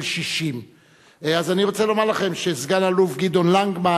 60. אז אני רוצה לומר לכם שסגן-אלוף גדעון לנגמן